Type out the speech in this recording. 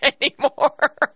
anymore